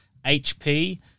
HP